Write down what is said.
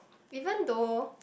even though